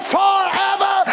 forever